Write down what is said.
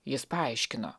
jis paaiškino